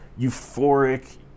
euphoric